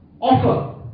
offer